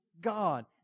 God